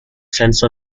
sense